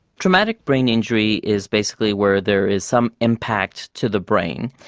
traumatic brain injury is basically where there is some impact to the brain,